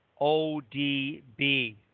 ODB